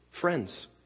friends